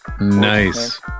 Nice